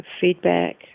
feedback